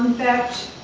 that